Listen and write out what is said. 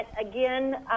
again